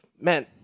man